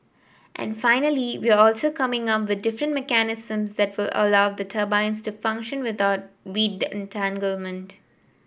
and finally we're also coming up with different mechanisms that allow the turbines to function without weed entanglement